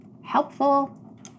helpful